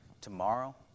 tomorrow